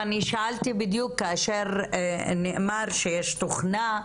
ואני שאלתי בדיוק כאשר נאמר שיש תוכנה,